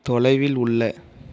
தொலைவில் உள்ள